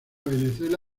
venezuela